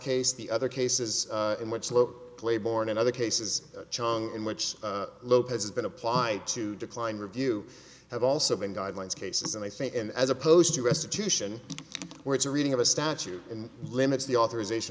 case the other cases in which slow play born in other cases chong in which lopez has been applied to declined review have also been guidelines cases and i think and as opposed to restitution where it's a reading of a statute and limits the authorization